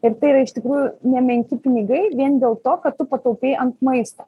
ir tai yra iš tikrųjų nemenki pinigai vien dėl to kad tu pataupei ant maisto